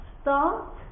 Start